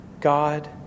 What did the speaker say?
God